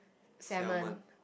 salmon